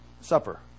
Supper